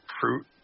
fruit